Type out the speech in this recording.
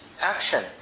action